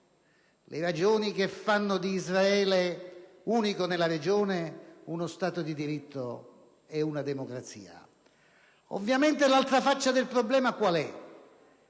le ragioni che fanno di Israele, unico nella Regione, uno Stato di diritto e una democrazia. Ovviamente l'altra faccia del problema è